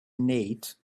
nate